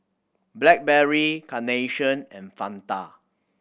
Blackberry Carnation and Fanta